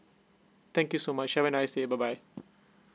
thank you so much have a nice day bye bye